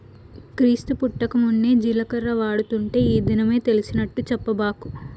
క్రీస్తు పుట్టకమున్నే జీలకర్ర వాడుతుంటే ఈ దినమే తెలిసినట్టు చెప్పబాకు